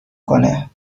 کنه